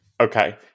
Okay